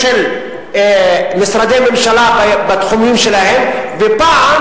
היעדר משרדי ממשלה בתחומים שלהן ופעם